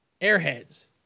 Airheads